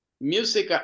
Music